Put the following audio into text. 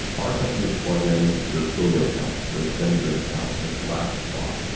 our customers plug in their twilio account, their sendgrid account, their slack bot.